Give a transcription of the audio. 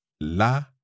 La